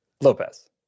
Lopez